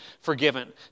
forgiven